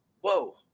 whoa